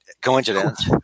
coincidence